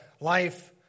life